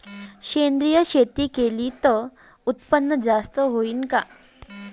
सेंद्रिय शेती केली त उत्पन्न जास्त होईन का?